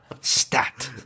stat